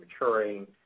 maturing